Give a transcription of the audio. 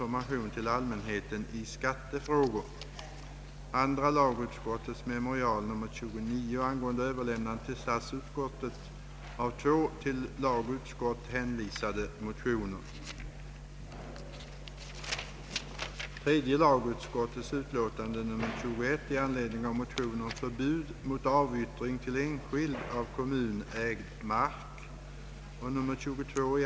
Rimligen har nu svaren inkommit och tid funnits för ett ställningstagande från utbildningsdepartementets sida. Veterligen har intet förslag till statlig utbildning i ämnet framlagts.